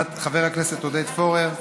חבר הכנסת עודד פורר,